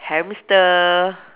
hamster